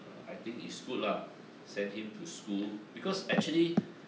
I think it's good lah send him to school because actually